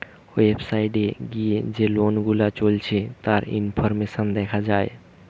website এ গিয়ে যে লোন গুলা চলছে তার ইনফরমেশন দেখা যায়